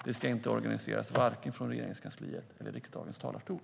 Det ska varken organiseras från Regeringskansliet eller riksdagens talarstol.